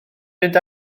fynd